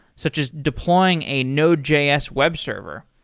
such as deploying a node js web server,